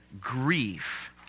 grief